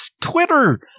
Twitter